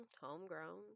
homegrown